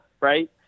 Right